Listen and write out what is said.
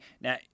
Now